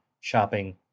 shopping